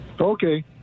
Okay